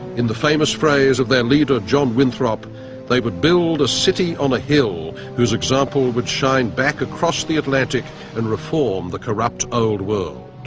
in the famous phrase of their leader john winthrop they would build a city on a hill whose example would shine back across the atlantic and reform the corrupt old world.